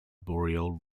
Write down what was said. boreal